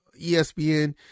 ESPN